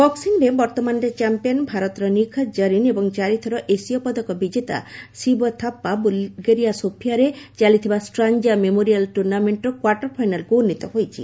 boxing ବକ୍ସିଂରେ ବର୍ତ୍ତମାନର champion ଭାରତର ନିଖତ ଜରିନ୍ ଏବଂ ଚାରି ଥର ଏସୀୟ ପଦକ ବିଜେତା ଶିବ ଥାପ୍ପା ବୁଲଗେରିଆ ସୋଫିଆରେ ଚାଲିଥିବା ଷ୍ଟ୍ରାଞ୍ଜା ମେମୋରିଆଲ ଟୁର୍ଣ୍ଣାମେଣ୍ଟର କ୍ୱାଟର ଫାଇନାଲ୍କୁ ଉନ୍ନିତ ହୋଇଛନ୍ତି